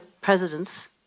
presidents